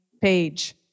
page